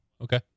okay